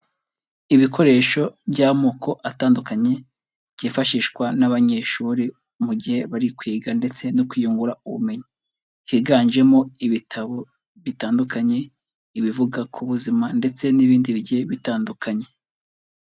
Ibikoresho by'amoko atandukanye, byifashishwa n'abanyeshuri mu gihe bari kwiga ndetse no kwiyungura ubumenyi. Higanjemo ibitabo bitandukanye, ibivuga ku buzima ndetse n'ibindi bigiye bitandukanye.